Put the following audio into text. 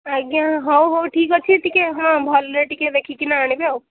ଆଜ୍ଞା ହଉ ହଉ ଠିକ୍ ଅଛି ଟିକେ ହଁ ଭଲରେ ଟିକେ ଦେଖିକିନା ଆଣିବେ ଆଉ